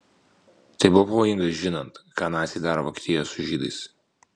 tai buvo pavojinga žinant ką naciai daro vokietijoje su žydais